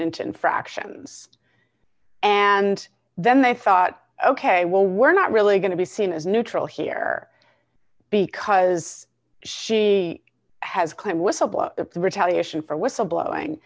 into infractions and then they thought ok well we're not really going to be seen as neutral here because she has claimed whistle blow up the retaliation for whistle blowing